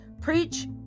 preach